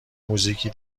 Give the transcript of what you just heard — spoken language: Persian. موزیکی